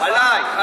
עליי.